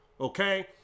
okay